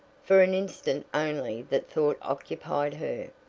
for an instant only that thought occupied her.